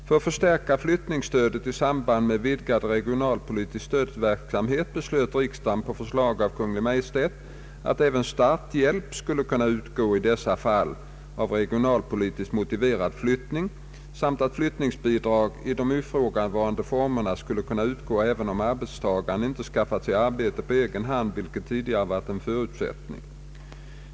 För att förstärka flyttningsstödet i samband med den vidgade regionalpolitiska stödverksamheten beslöt riksdagen på förslag av Kungl. Maj:t att även starthjälp skall kunna utgå i dessa fall av regionalpolitiskt motiverad flyttning samt att flyttningsbidrag i de ifrågavarande formerna skall kunna utgå även om arbetstagaren inte skaffar sig arbetet på egen hand, vilket tidigare var en förutsättning.